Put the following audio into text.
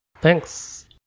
Thanks